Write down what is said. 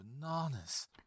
bananas